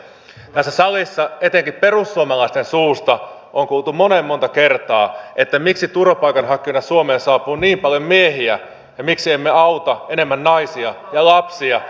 tässä salissa etenkin perussuomalaisten suusta on kuultu monen monta kertaa että miksi turvapaikanhakijoina suomeen saapuu niin paljon miehiä ja miksi emme auta enemmän naisia ja lapsia